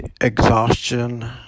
exhaustion